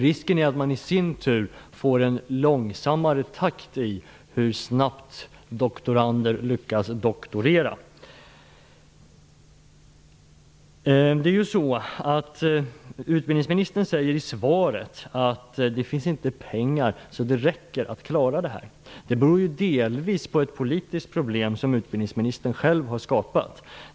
Risken är att man i sin tur får en långsammare takt när det gäller hur snabbt doktorander lyckas doktorera. Utbildningsministern säger i svaret att det inte finns tillräckligt med pengar för att klara detta. Det beror delvis på ett politiskt problem som utbildningsministern själv har skapat.